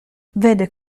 vede